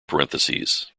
parentheses